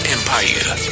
Empire